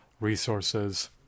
resources